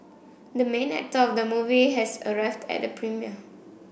the main actor of the movie has arrived at the premiere